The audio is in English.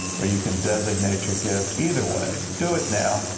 where you can designate your gift, either way, do it now,